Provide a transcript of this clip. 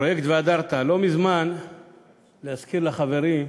להזכיר לחברי: